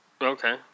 Okay